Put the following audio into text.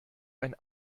ein